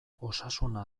osasuna